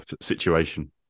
situation